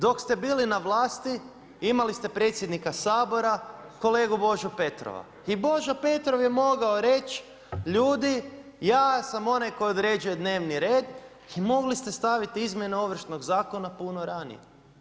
Dok ste bili na vlasti imali ste predsjednika Sabora kolegu Božu Petrova i Božo Petrov je mogao reći ljudi ja sam onaj koji određuje dnevni red i mogli ste staviti izmjene Ovršnog zakona puno ranije.